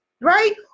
right